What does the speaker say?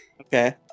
Okay